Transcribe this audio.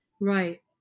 Right